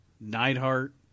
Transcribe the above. Neidhart